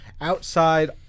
outside